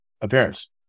appearance